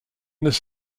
this